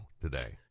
today